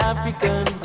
African